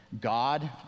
God